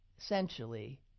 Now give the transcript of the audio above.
essentially